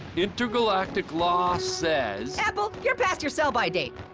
intergalactic law says. apple, you're past your sell-by date.